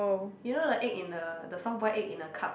you know the egg in the the soft boiled egg in the cup